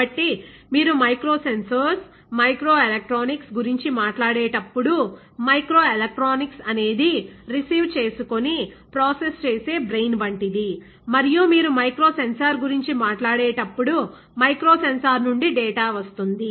కాబట్టి మీరు micro sensors micro electronics గురించి మాట్లాడేటప్పుడు మైక్రో ఎలెక్ట్రానిక్స్ అనేది రిసీవ్ చేసుకుని ప్రాసెస్ చేసే బ్రెయిన్ వంటిది మరియు మీరు మైక్రో సెన్సార్ గురించి మాట్లాడేటప్పుడు మైక్రో సెన్సార్ నుండి డేటా వస్తుంది